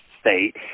state